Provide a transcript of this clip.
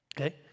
Okay